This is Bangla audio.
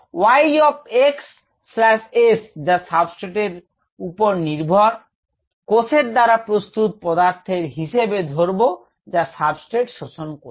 Y of x slash s যা সাবস্ট্রেট এর উপর নির্ভর কোষের দ্বারা প্রস্তুত পদার্থের হিসেবে ধরব যা সাবস্ট্রেট শোষণ করবে